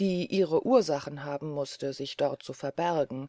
die ihre ursachen haben muste sich dort zu verbergen